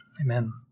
Amen